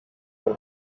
war